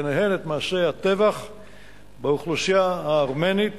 בהן את מעשי הטבח באוכלוסייה הארמנית